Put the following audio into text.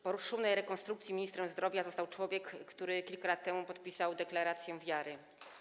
Po szumnej rekonstrukcji ministrem zdrowia został człowiek, który kilka lat temu podpisał deklarację wiary.